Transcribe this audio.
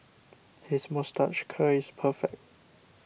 his moustache curl is perfect